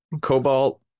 Cobalt